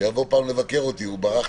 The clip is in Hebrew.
שיבוא פעם לבקר אותי.